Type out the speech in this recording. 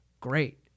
great